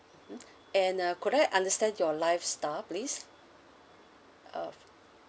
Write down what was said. mm and uh could I understand your lifestyle please uh